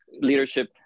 leadership